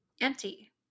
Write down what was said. empty